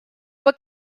bod